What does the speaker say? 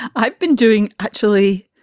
i've been doing, actually,